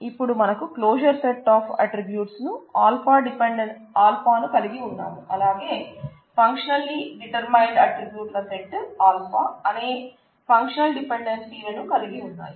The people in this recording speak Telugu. ఇపుడు మనకు క్లోజర్ సెట్ ఆఫ్ ఆట్రిబ్యూట్స్ ను α ను కలిగి ఉన్నాం అలాగే ఫంక్షనల్లి డిటర్ర్మైన్డ్ ఆట్రిబ్యూట్ల సెట్ α అనే ఫంక్షనల్ డిపెండెన్సీలను కలిగి ఉన్నాయి